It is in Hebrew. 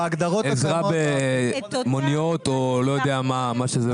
עזרה במוניות או במה שזה לא יהיה.